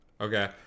Okay